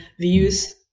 views